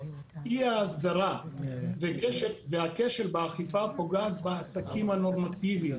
אי-האסדרה והכשל באכיפה פוגעים בעסקים הנורמטיביים.